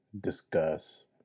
discuss